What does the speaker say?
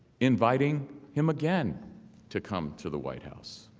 inviting him again to come to the white house.